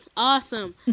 Awesome